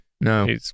no